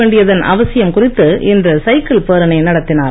வேண்டியதன் அவசியம் குறித்து இன்று சைக்கிள் பேரணி நடத்தினார்